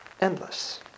endless